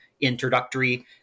introductory